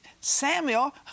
Samuel